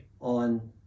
on